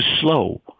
Slow